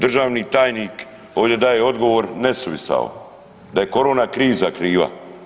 Državni tajnik ovdje daje odgovor nesuvisao da je korona kriza kriva.